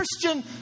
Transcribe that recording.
Christian